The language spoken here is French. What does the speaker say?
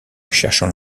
cherchant